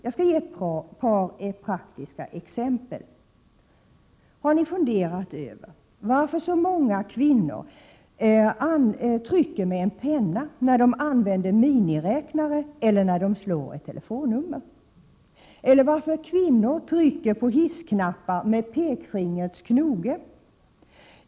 Jag skall ge ett par praktiska exempel. Har ni funderat över varför så många kvinnor trycker med en penna när de använder miniräknare eller slår ett telefonnummer? Eller varför kvinnor trycker på hissknappar med pekfingrets knoge?